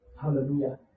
Hallelujah